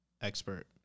expert